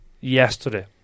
yesterday